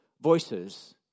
voices